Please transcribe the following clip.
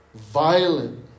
Violent